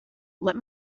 let